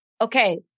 Okay